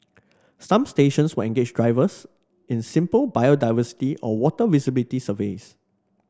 some stations will engage divers in simple biodiversity or water visibility surveys